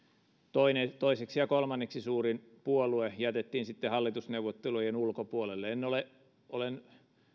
toiseksi ja kolmanneksi suurin puolue jätettiin sitten hallitusneuvottelujen ulkopuolelle olen